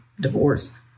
divorce